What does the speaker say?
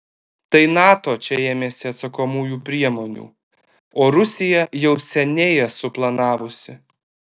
tai nato čia ėmėsi atsakomųjų priemonių o rusija jau seniai jas suplanavusi